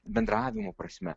bendravimo prasme